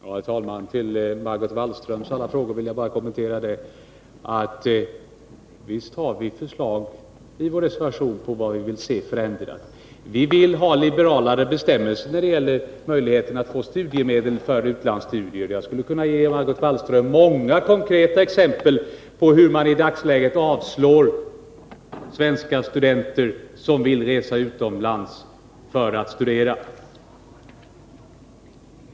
Herr talman! Margot Wallströms alla frågor vill jag bara kommentera med att säga att visst har vi i vår reservation förslag om förändringar! Vi vill för det första ha till stånd liberalare bestämmelser när det gäller möjligheterna att få studiemedel för utlandsstudier. Jag skulle kunna ge Margot Wallström många konkreta exempel på hur man i dagsläget avslår ansökningar från svenska studenter som vill resa utomlands för att studera.